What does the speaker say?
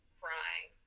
crying